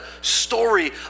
story